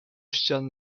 ścian